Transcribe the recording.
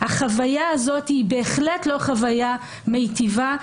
והחוויה הזאת היא בהחלט לא חוויה מיטיבה.